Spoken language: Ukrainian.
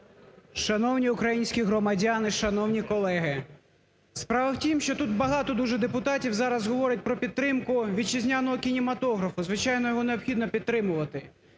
Шановні українські громадяни, шановні колеги, справа в тім, що тут багато дуже депутатів зараз говорить про підтримку вітчизняного кінематографу, звичайно його необхідно підтримувати.